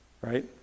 right